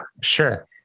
Sure